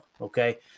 Okay